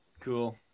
cool